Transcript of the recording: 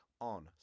on